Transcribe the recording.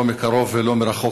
לא מקרוב ולא מרחוק,